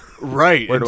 right